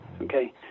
Okay